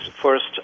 First